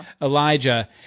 elijah